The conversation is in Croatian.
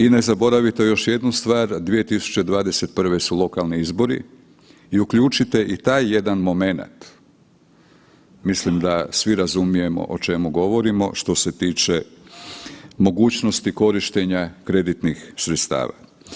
I ne zaboravite još jednu stvar, 2021. su lokalnih izbori i uključite i taj jedan momenat, mislim da svi razumijemo o čemu govorimo što se tiče mogućnosti korištenja kreditnih sredstava.